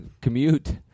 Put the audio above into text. Commute